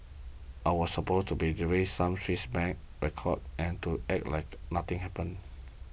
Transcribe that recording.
I was supposed to be delivering some Swiss Bank records and to act like nothing happened